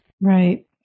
Right